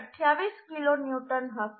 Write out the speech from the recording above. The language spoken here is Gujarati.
28 કિલોન્યુટન હશે